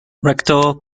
rector